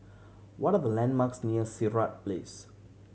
what are the landmarks near Sirat Place